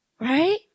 Right